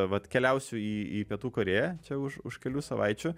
vat keliausiu į į pietų korėją čia už už kelių savaičių